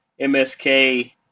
MSK